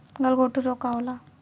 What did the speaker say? गलघोंटु रोग का होला?